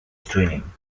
twinning